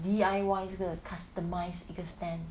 D_I_Y 这个 customise 一个 stand